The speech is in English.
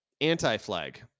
Anti-Flag